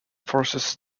forces